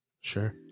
Sure